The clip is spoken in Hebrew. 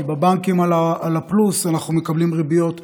כי על הפלוס בבנקים אנחנו מקבלים ריביות מצחיקות.